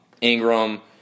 Ingram